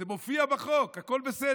זה מופיע בחוק, הכול בסדר.